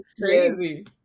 Crazy